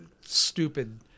stupid